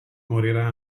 morirà